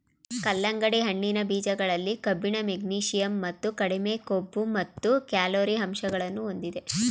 ಕಲ್ಲಂಗಡಿ ಹಣ್ಣಿನ ಬೀಜಗಳಲ್ಲಿ ಕಬ್ಬಿಣ, ಮೆಗ್ನೀಷಿಯಂ ಮತ್ತು ಕಡಿಮೆ ಕೊಬ್ಬು ಮತ್ತು ಕ್ಯಾಲೊರಿ ಅಂಶಗಳನ್ನು ಹೊಂದಿದೆ